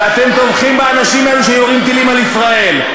ואתם תומכים באנשים האלה שיורים טילים על ישראל.